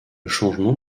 changement